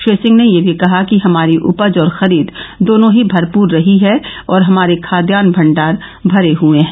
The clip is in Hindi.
श्री सिंह ने यह भी कहा कि हमारी उपज और खरीद दोनों ही भरपूर रही है और हमारे खाद्यान भंडार भरे हए हैं